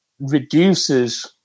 reduces